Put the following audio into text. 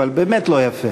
אבל באמת לא יפה,